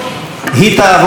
היא תעבוד.